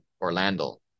Orlando